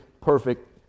perfect